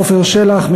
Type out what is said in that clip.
עפר שלח,